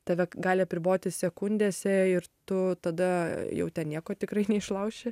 tave gali apriboti sekundėse ir tu tada jau ten nieko tikrai neišlauši